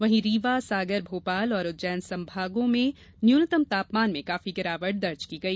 वहीं रीवा सागर भोपाल और उज्जैन संभागों के जिलों में न्यूनतम तापमान में काफी गिरावट दर्ज की गई